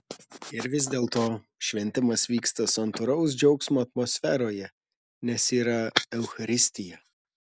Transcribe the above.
ir vis dėlto šventimas vyksta santūraus džiaugsmo atmosferoje nes yra eucharistija